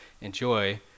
enjoy